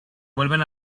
vuelven